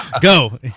go